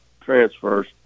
transfers